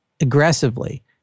aggressively